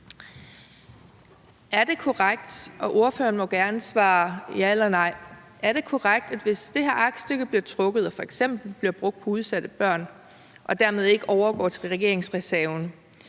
ja eller nej – at hvis det her aktstykke bliver trukket og midlerne f.eks. bliver brugt på udsatte børn og dermed ikke overgår til regeringsreserven,